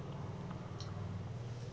Dragon tank ಉಪಯೋಗಗಳೆನ್ರಿ?